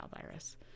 virus